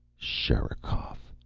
sherikov!